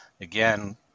again